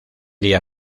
día